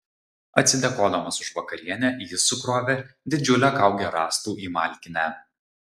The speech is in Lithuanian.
atsidėkodamas už vakarienę jis sukrovė didžiulę kaugę rąstų į malkinę